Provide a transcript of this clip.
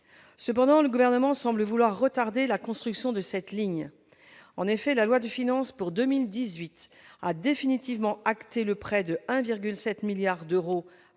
l'emploi. Or le Gouvernement semble vouloir retarder la construction de cette ligne. Certes, la loi de finances pour 2018 a définitivement acté le prêt de 1,7 milliard d'euros